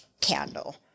Candle